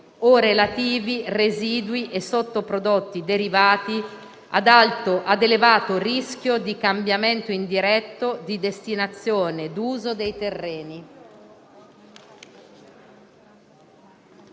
o relativi residui e sottoprodotti derivati ad elevato rischio di cambiamento indiretto di destinazione d'uso dei terreni»".